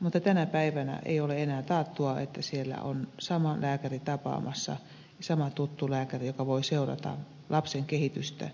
mutta tänä päivänä ei ole enää taattua että siellä on sama lääkäri tapaamassa sama tuttu lääkäri joka voi seurata lapsen kehitystä